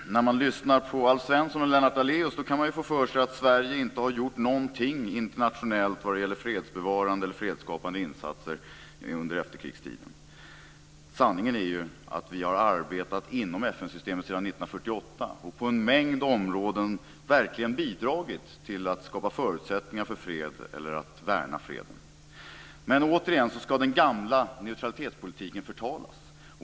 Fru talman! När man lyssnar på Alf Svensson och Lennart Daléus kan man få för sig att Sverige inte har gjort någonting internationellt vad gäller fredsbevarande eller fredsskapande insatser under efterkrigstiden. Sanningen är ju att vi har arbetat inom FN systemet sedan 1948. På en mängd områden har vi verkligen bidragit till att skapa förutsättningar för fred eller att värna freden. Men återigen ska den gamla neutralitetspolitiken förtalas.